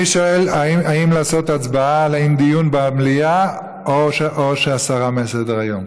אני שואל: האם לעשות הצבעה לקיים דיון במליאה או הסרה מסדר-היום?